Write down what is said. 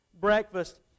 breakfast